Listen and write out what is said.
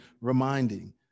reminding